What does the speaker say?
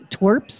twerps